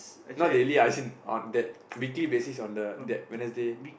not daily as in on that weekly basis on the that Wednesday